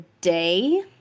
day